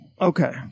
Okay